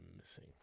missing